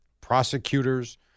prosecutors